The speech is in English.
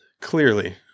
Clearly